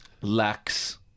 lacks